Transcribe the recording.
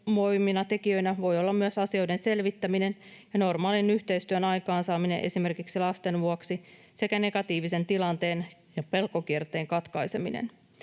tekijöinä voi olla myös asioiden selvittäminen ja normaalin yhteistyön aikaansaaminen esimerkiksi lasten vuoksi sekä negatiivisen tilanteen ja pelkokierteen katkaiseminen.